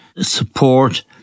support